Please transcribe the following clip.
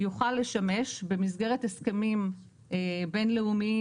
יוכל לשמש במסגרת הסכמים בין-לאומיים,